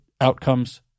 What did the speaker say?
outcomes